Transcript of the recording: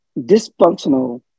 dysfunctional